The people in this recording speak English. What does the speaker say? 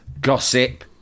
gossip